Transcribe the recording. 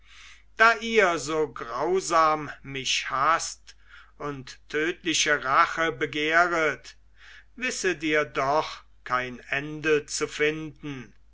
da ihr so grausam mich haßt und tödliche rache begehret wisset ihr doch keine ende zu finden